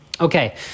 Okay